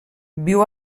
viu